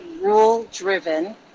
rule-driven